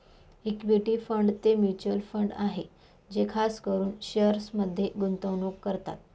equity fund ते mutual fund आहे जे खास करून शेअर्समध्ये गुंतवणूक करतात